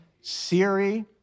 Siri